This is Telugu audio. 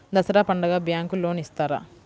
దసరా పండుగ బ్యాంకు లోన్ ఇస్తారా?